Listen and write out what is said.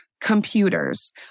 computers